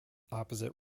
opposite